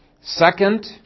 Second